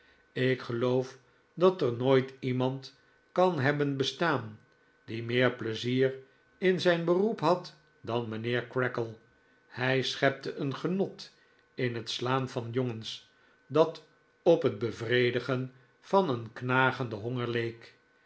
ik geloof dat er nooit iemand kan hebben bestaan die meer pleizier in zijn beroep had dan mijnheer creakle hij schepte een genot in het slaan van jongens dat op het bevrdigen van eerj knagenden honger leek